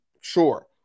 sure